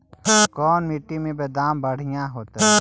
कोन मट्टी में बेदाम बढ़िया होतै?